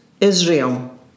Israel